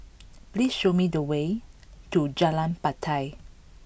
please show me the way to Jalan Batai